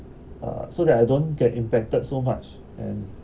uh so that I don't get impacted so much and